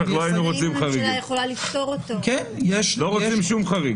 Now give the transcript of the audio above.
להיפך, לא היינו רוצים שום חריג.